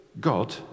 God